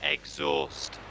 Exhaust